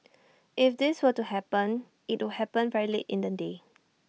if this were to happen IT would happen very late in the day